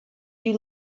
you